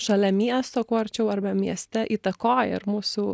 šalia miesto kuo arčiau arba mieste įtakoja ir mūsų